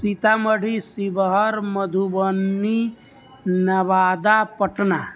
Sitamarhi Sheohar Madhubani Nawada Patna